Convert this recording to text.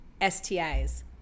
STIs